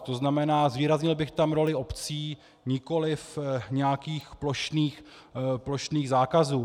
To znamená, zvýraznil bych tam roli obcí, nikoliv nějakých plošných zákazů.